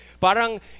Parang